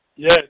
Yes